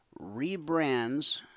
rebrands